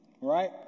Right